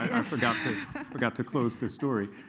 i forgot forgot to close the story.